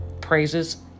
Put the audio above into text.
praises